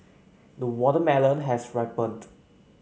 the watermelon has ripened